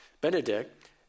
Benedict